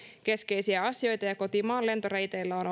keskeisiä asioita ja kotimaan lentoreiteillä on